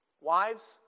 Wives